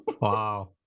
Wow